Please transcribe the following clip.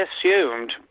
assumed